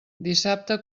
dissabte